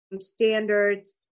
standards